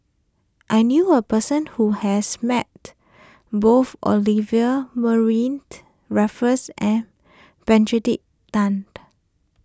I knew a person who has met both Olivia Mariamne Raffles and Tan